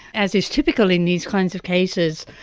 as is typical in these kinds of cases,